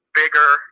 bigger